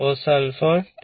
cos 1013